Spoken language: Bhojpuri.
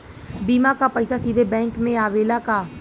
बीमा क पैसा सीधे बैंक में आवेला का?